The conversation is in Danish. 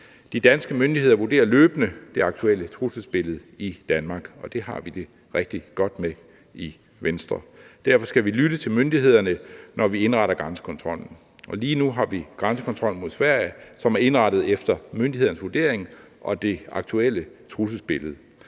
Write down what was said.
De danske myndigheder vurderer løbende det aktuelle trusselsbillede i Danmark, og det har vi det rigtig godt med i Venstre. Derfor skal vi lytte til myndighederne, når vi indretter grænsekontrollen. Lige nu har vi en grænsekontrol mod Sverige, som er indrettet efter myndighedernes vurdering og det aktuelle trusselsbillede.